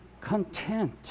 content